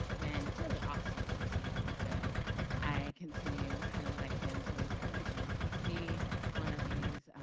and it's really awesome to see. and so i continue kind of like him to encourage you if you see one of these